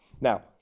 Now